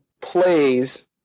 plays